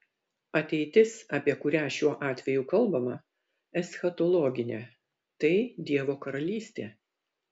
ateitis apie kurią šiuo atveju kalbama eschatologinė tai dievo karalystė